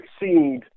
exceed